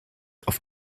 auf